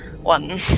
one